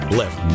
left